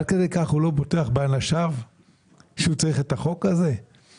עד כדי כך הוא לא בוטח באנשיו ולכן הוא צריך את החוק הזה עכשיו,